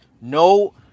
No